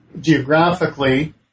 Geographically